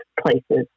places